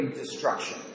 destruction